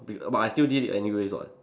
be but I still did it anyway [what]